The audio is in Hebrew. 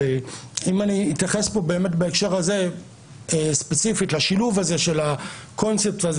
אם אני אתייחס כאן בהקשר הזה ספציפית לשילוב הזה של הקונספט הזה